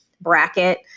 bracket